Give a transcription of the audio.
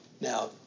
Now